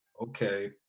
Okay